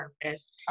purpose